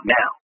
now